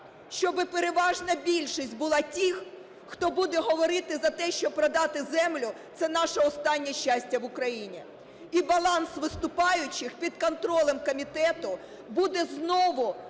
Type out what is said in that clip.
щоб переважна більшість була тих, хто буде говорити за те, що продати землю – це наше останнє щастя в Україні. І баланс виступаючих під контролем комітету буде знову